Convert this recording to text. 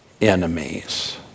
enemies